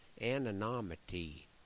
anonymity